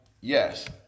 Yes